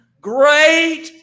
Great